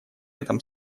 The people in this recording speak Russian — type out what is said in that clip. этом